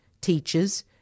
teachers